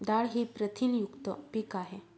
डाळ ही प्रथिनयुक्त पीक आहे